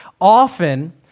often